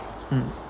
mm